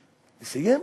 נא לסיים.